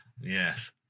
Yes